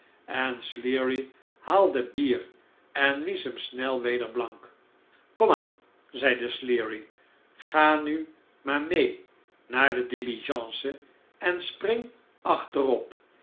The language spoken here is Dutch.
en sleary haalde bier en wiesch hem snel weder blank komaan zeide sleary ga nu maar mee naar de diligence en spring achterop